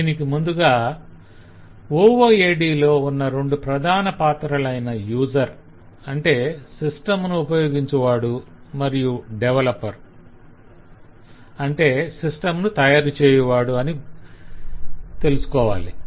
దీనికి ముందుగా OOAD లో ఉన్న రెండు ప్రధాన పాత్రలైన యూసర్ - అంటే సిస్టం ను ఉపయోగించు వాడు మరియు డెవలపర్ - అంటే సిస్టం ను తయారు చేయు వాడి గురించి తెలుసుకోవాలి